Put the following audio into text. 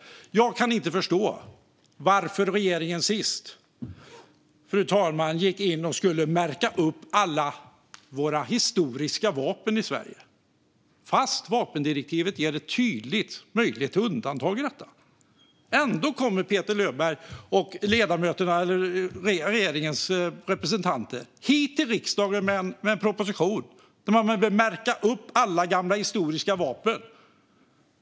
Jag kan inte förstå varför regeringen sist, fru talman, menade att man skulle gå in och märka upp alla våra historiska vapen i Sverige. Vapendirektivet ger ett tydligt undantag när det gäller detta. Ändå kommer Petter Löberg och regeringens representanter hit till riksdagen med en proposition om att man behöver märka upp alla gamla historiska vapen.